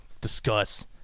discuss